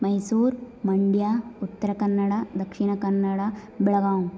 Mysore Mandya Uttara Kannada Dakshina Kannada Belgaum